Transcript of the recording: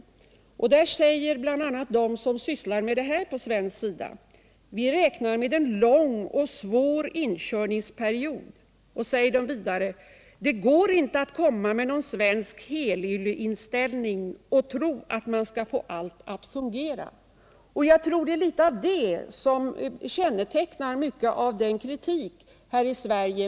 Där säger bl.a. de som sysslar med detta på svensk sida att de räknar med en lång och svår inkörningsperiod, och de menar att det inte går att komma med någon svensk helylleinställning och tro att man skall få allt att fungera. Det är en del av detta som kännetecknar mycket av kritiken här i Sverige.